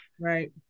Right